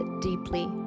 deeply